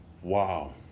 Wow